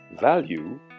value